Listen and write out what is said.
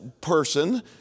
person